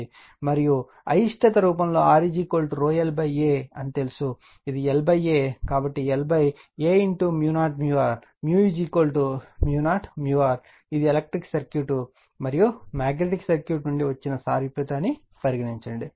మరియు అయిష్టత విషయంలో R l A అని తెలుసు ఇది l A కాబట్టిl A0r 0r ఇది ఎలక్ట్రికల్ సర్క్యూట్ మరియు మాగ్నెటిక్ సర్క్యూట్ నుండి వచ్చిన సారూప్యత అని పరిగణించండి